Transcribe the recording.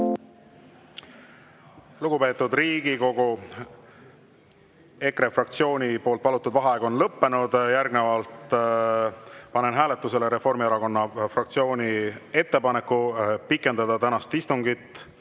Lugupeetud Riigikogu! EKRE fraktsiooni palutud vaheaeg on lõppenud. Järgnevalt panen hääletusele Reformierakonna fraktsiooni ettepaneku pikendada tänast istungit